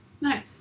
Nice